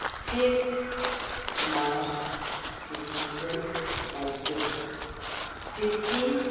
six March two thousand nineteen fifteen